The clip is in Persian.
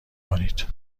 کنید